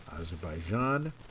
Azerbaijan